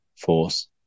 force